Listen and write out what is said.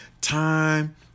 time